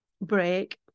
break